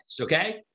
Okay